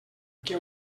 que